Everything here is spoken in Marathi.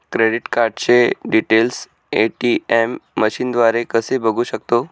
क्रेडिट कार्डचे डिटेल्स ए.टी.एम मशीनद्वारे कसे बघू शकतो?